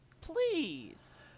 please